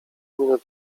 minut